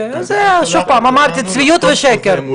זה כמו שכבר אמרתי קודם, צביעות ושקר.